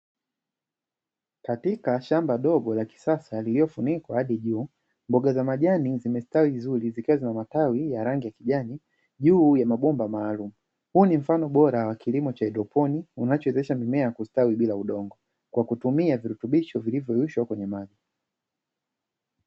Katika shamba dogo la kisasa, liliyofunikwa hadi juu, mboga za majani zimestawi vizuri, zikiwa zina matawi ya rangi ya kijani, juu ya mabomba maalumu, huu ni mfano bora wa kilimo cha haidroponi, kinachowezesha mimea kustawi bila udogo kwa kutumia virutubisho vilivyoyeyushwa kwenye maji.